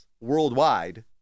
worldwide